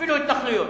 אפילו התנחלויות?